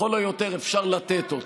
לכל היותר אפשר לתת אותו.